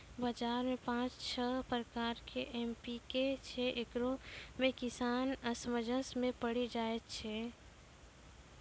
बाजार मे पाँच छह प्रकार के एम.पी.के छैय, इकरो मे किसान असमंजस मे पड़ी जाय छैय?